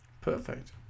perfect